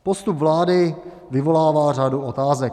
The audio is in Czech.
Postup vlády vyvolává řadu otázek.